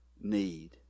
need